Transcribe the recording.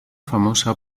famosa